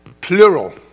Plural